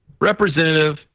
Representative